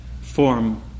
form